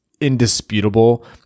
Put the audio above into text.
indisputable